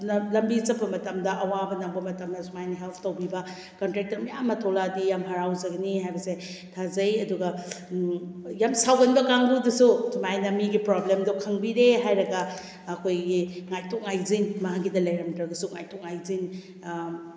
ꯂꯝꯕꯤ ꯆꯠꯄ ꯃꯇꯝꯗ ꯑꯋꯥꯕ ꯅꯪꯕ ꯃꯇꯝꯗ ꯁꯨꯃꯥꯏꯅ ꯍꯦꯜꯞ ꯇꯧꯕꯤꯕ ꯀꯟꯇ꯭ꯔꯦꯛꯇꯔ ꯃꯌꯥꯝ ꯑꯃ ꯊꯣꯛꯂꯛꯑꯗꯤ ꯌꯥꯝ ꯍꯔꯥꯎꯖꯒꯅꯤ ꯍꯥꯏꯕꯁꯦ ꯊꯥꯖꯩ ꯑꯗꯨꯒ ꯌꯥꯝ ꯁꯥꯎꯒꯟꯕ ꯀꯥꯡꯕꯨꯗꯨꯁꯨ ꯁꯨꯃꯥꯏꯅ ꯃꯤꯒꯤ ꯄ꯭ꯔꯣꯕ꯭ꯂꯦꯝꯗꯣ ꯈꯪꯕꯤꯔꯦ ꯍꯥꯏꯔꯒ ꯑꯩꯈꯣꯏꯒꯤ ꯉꯥꯏꯊꯣꯛ ꯉꯥꯏꯁꯤꯟ ꯃꯥꯒꯤꯗ ꯂꯩꯔꯝꯗ꯭ꯔꯒꯁꯨ ꯉꯥꯏꯊꯣꯛ ꯉꯥꯏꯁꯤꯟ